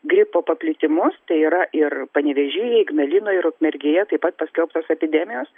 gripo paplitimus tai yra ir panevėžy ignalinoj ir ukmergėje taip pat paskelbtos epidemijos